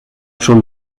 schon